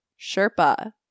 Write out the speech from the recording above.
Sherpa